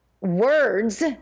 words